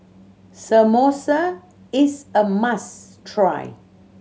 samosa is a must try